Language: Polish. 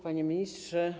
Panie Ministrze!